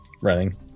running